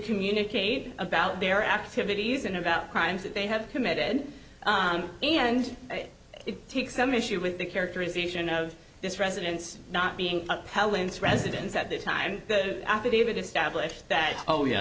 communicate about their activities and about crimes that they have committed and it takes some issue with the characterization of this residence not being appellants residence at the time that affidavit established that oh yeah